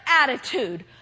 attitude